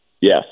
Yes